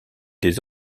des